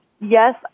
yes